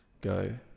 go